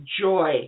joy